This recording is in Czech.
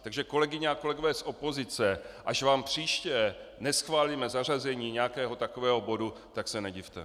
Takže kolegyně a kolegové z opozice, až vám příště neschválíme zařazení nějakého takového bodu, tak se nedivte.